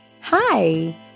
hi